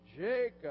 Jacob